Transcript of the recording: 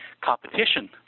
competition